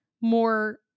more